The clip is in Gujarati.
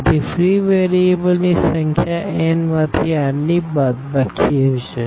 તેથી ફ્રી વેરીએબલની સંખ્યા n માંથી r ની બાદબાકીહશે